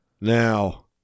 Now